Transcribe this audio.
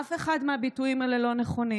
אף אחד מהביטויים האלה לא נכון.